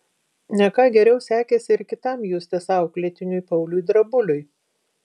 ne ką geriau sekėsi ir kitam justės auklėtiniui pauliui drabuliui